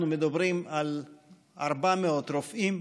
אנחנו מדברים על 400 רופאים,